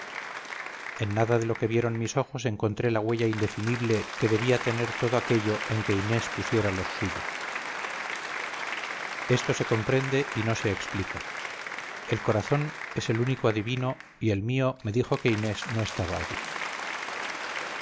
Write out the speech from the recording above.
en nada de lo que vieron mis ojos encontré la huella indefinible que debía tener todo aquello en que inés pusiera los suyos esto se comprende y no se explica el corazón es el único adivino y el mío me dijo que inés no estaba allí